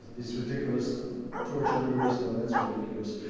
these ridiculous torture movies? no, that's ridiculous.